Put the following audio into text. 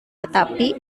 tetapi